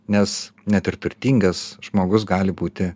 nes net ir turtingas žmogus gali būti